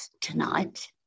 tonight